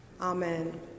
Amen